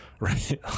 right